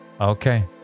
Okay